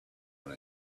what